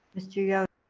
mr. yoder?